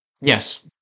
Yes